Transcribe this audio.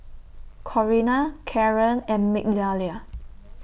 Corrina Karan and Migdalia